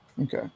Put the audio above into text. Okay